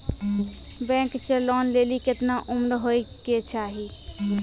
Bank से loan लेली केतना उम्र होय केचाही?